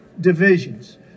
divisions